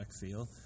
feel